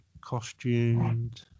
costumed